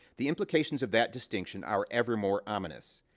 the implications of that distinction are ever more ominous.